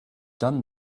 done